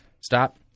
Stop